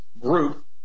group